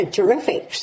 terrific